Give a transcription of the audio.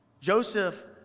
Joseph